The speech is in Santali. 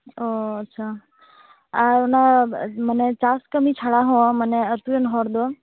ᱚ ᱟᱪᱪᱷᱟ ᱟᱨ ᱚᱱᱟ ᱢᱟᱱᱮ ᱪᱟᱥ ᱠᱟᱹᱢᱤ ᱪᱷᱟᱲᱟ ᱦᱚᱸ ᱢᱟᱱᱮ ᱟᱛᱳᱨᱮᱱ ᱦᱚᱲᱫᱚ